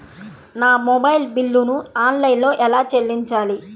నా మొబైల్ బిల్లును ఆన్లైన్లో ఎలా చెల్లించాలి?